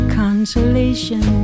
consolation